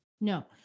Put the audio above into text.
No